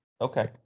Okay